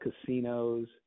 casinos